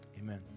amen